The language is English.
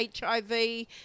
HIV